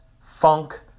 funk